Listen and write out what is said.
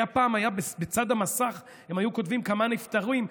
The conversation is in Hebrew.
פעם בצד המסך הם היו כותבים כמה נפטרים,